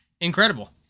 Incredible